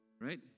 Right